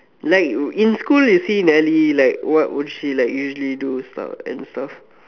like in school you see Delly like what would she like what would she like usually and do stuff